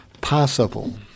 possible